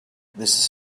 this